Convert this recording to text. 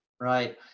Right